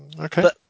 Okay